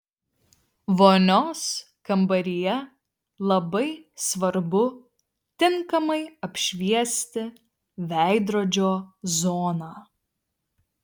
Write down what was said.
vonios kambaryje labai svarbu tinkamai apšviesti veidrodžio zoną